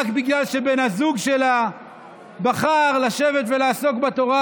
רק בגלל שבן הזוג שלה בחר לשבת ולעסוק בתורה.